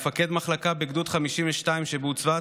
מפקד מחלקה בגדוד 52 שבעוצבת